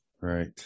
Right